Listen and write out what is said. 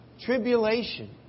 Tribulation